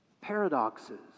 paradoxes